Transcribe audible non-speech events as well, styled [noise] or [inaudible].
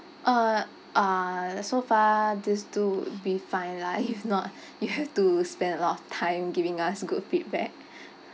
uh uh so far these two would be fine lah if not [laughs] you have [laughs] to spend a lot of time giving us good feedback [laughs]